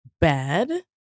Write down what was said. bad